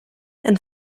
and